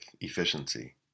Efficiency